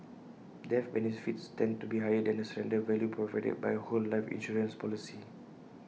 death benefits tend to be higher than the surrender value provided by A whole life insurance policy